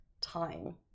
time